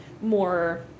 more